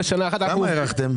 למה הארכתם?